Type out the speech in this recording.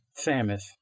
Samus